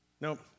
Nope